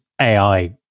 AI